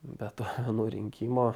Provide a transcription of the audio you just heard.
be to nu rinkimo